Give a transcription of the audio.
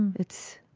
and it's